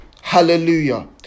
Hallelujah